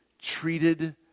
treated